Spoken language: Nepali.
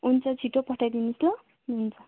हुन्छ छिट्टो पठाइदिनुहोस् ल हुन्छ